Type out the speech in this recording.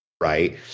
right